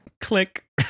Click